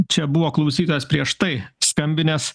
čia buvo klausytojas prieš tai skambinęs